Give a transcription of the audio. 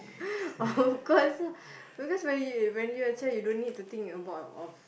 of course lah because when you are you are you don't need to think about a off